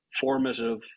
formative